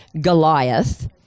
Goliath